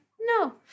No